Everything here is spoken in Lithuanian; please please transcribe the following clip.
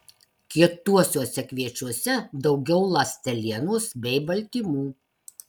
kietuosiuose kviečiuose daugiau ląstelienos bei baltymų